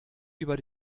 über